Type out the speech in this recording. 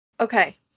Okay